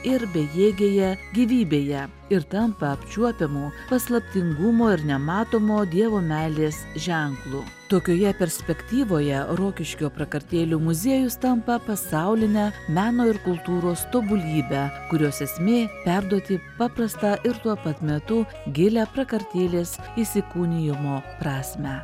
ir bejėgėje gyvybėje ir tampa apčiuopiamu paslaptingumo ir nematomo dievo meilės ženklu tokioje perspektyvoje rokiškio prakartėlių muziejus tampa pasauline meno ir kultūros tobulybe kurios esmė perduoti paprastą ir tuo pat metu gilią prakartėlės įsikūnijimo prasmę